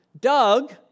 Doug